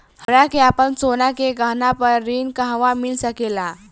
हमरा के आपन सोना के गहना पर ऋण कहवा मिल सकेला?